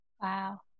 Wow